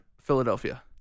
philadelphia